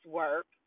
work